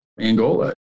Angola